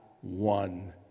one